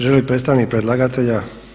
Želi li predstavnik predlagatelja?